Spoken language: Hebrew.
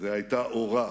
והיתה אורה.